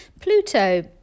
Pluto